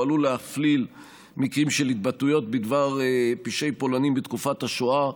הוא עלול להפליל מקרים של התבטאויות בדבר פשעי פולנים בתקופת השואה.